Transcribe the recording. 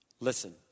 listen